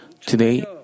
today